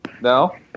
No